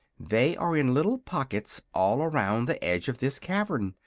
they are in little pockets all around the edge of this cavern.